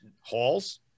Halls